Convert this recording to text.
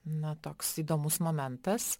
na toks įdomus momentas